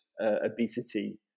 obesity